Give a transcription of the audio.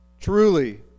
Truly